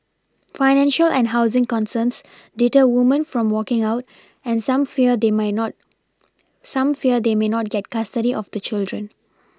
financial and housing concerns deter woman from walking out and some fear they may not some fear they may not get custody of the children